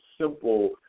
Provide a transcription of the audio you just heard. simple